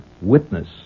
witness